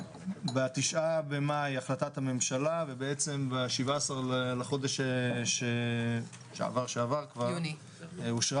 ב-9 במאי החלטת הממשלה ובעצם ב-17 בחודש ביוני אושרה